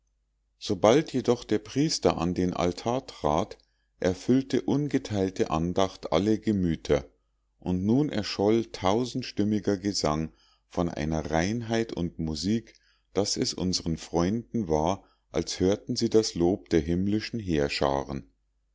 sobald jedoch der priester in den altar trat erfüllte ungeteilte andacht alle gemüter und nun erscholl tausendstimmiger gesang von einer reinheit und musik daß es unsren freunden war als hörten sie das lob der himmlischen heerscharen